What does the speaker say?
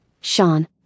Sean